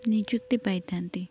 ନିଯୁକ୍ତି ପାଇଥାନ୍ତି